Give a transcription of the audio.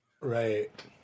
Right